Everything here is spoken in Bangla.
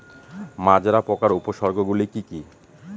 মাজরা পোকার উপসর্গগুলি কি কি?